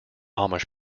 amish